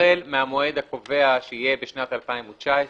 החל מהמועד הקובע שיהיה בשנת 2019,